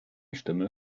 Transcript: stimme